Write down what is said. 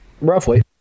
Roughly